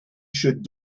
should